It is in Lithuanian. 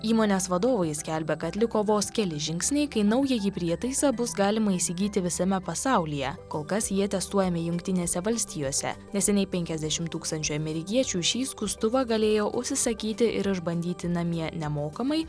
įmonės vadovai skelbia kad liko vos keli žingsniai kai naująjį prietaisą bus galima įsigyti visame pasaulyje kol kas jie testuojami jungtinėse valstijose neseniai penkiasdešim tūkstančių amerikiečių šį skustuvą galėjo užsisakyti ir išbandyti namie nemokamai